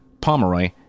Pomeroy